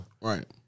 Right